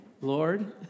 Lord